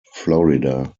florida